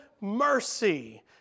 mercy